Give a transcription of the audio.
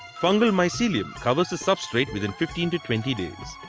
fungal mycelium covers the substrate within fifteen to twenty days.